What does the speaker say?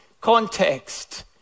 context